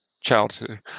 childhood